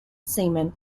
seaman